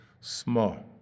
small